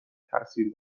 تاثیر